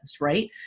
right